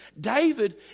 David